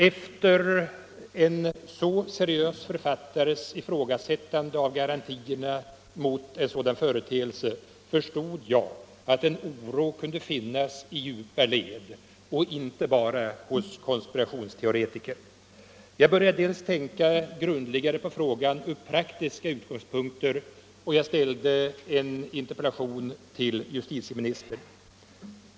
Efter en så seriös författares ifrågasättande av garantierna mot en sådan företeelse förstod jag att en oro kunde finnas i djupa led och inte bara hos konspirationsteoretiker. Jag började tänka grundligare på frågan med praktiska utgångspunkter, och jag ställde en interpellation till justitieministern.